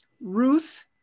ruth